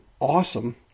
awesome